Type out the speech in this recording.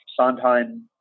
Sondheim